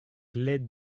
l’aide